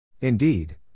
Indeed